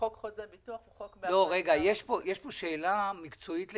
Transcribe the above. חוק חוזה ביטוח הוא חוק --- יש כאן שאלה מקצועית לגמרי.